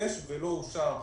התבקש ולא אושר ב-411,